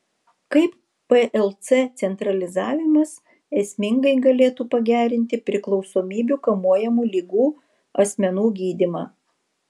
kaip plc centralizavimas esmingai galėtų pagerinti priklausomybių kamuojamų ligų asmenų gydymą